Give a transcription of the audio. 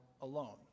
alone